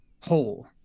whole